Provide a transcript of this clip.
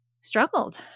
struggled